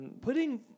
Putting